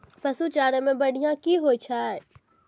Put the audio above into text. पशु चारा मैं बढ़िया की होय छै?